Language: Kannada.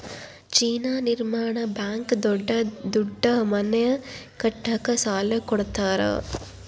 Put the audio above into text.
ಚೀನಾ ನಿರ್ಮಾಣ ಬ್ಯಾಂಕ್ ದೊಡ್ಡ ದೊಡ್ಡ ಮನೆ ಕಟ್ಟಕ ಸಾಲ ಕೋಡತರಾ